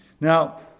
Now